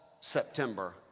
September